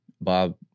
bob